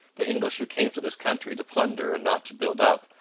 the english, who came to this country to plunder and not to build up,